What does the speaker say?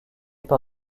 par